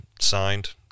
signed